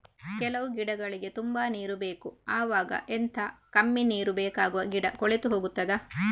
ಕೆಲವು ಗಿಡಗಳಿಗೆ ತುಂಬಾ ನೀರು ಬೇಕು ಅವಾಗ ಎಂತ, ಕಮ್ಮಿ ನೀರು ಬೇಕಾಗುವ ಗಿಡ ಕೊಳೆತು ಹೋಗುತ್ತದಾ?